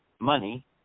money